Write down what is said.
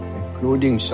including